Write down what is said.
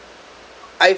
I've